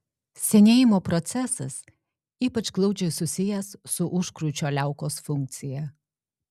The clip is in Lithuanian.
senėjimo procesas ypač glaudžiai susijęs su užkrūčio liaukos funkcija